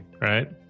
right